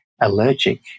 allergic